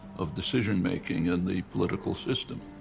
of decision-making in the political system.